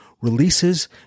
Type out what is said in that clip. releases